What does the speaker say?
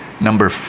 Number